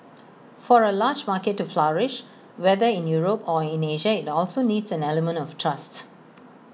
for A large market to flourish whether in Europe or in Asia IT also needs an element of trust